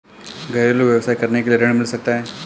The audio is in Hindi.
घरेलू व्यवसाय करने के लिए ऋण मिल सकता है?